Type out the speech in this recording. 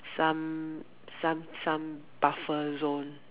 some some some buffer zone mm